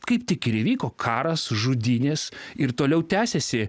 kaip tik ir įvyko karas žudynės ir toliau tęsiasi